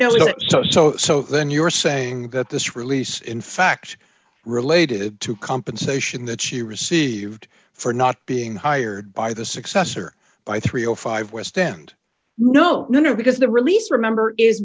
it so so so then you're saying that this release in fact related to compensation that she received for not being hired by the successor by three o five west end no no no because the release remember i